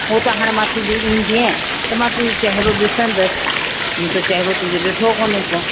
हो त हाणे मां तुंहिंजो ईंदीअ त मां तुंहिंजो चहेरो ॾिसंदसि मूं त चहेरो तुंहिंजो ॾिठो कोन्हे को